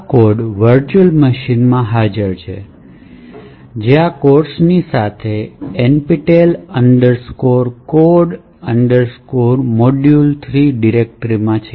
આ code virtual મશીનમાં હાજર છે જે આ કોર્સની સાથે nptel codesmodule3 ડિરેક્ટરીમાં છે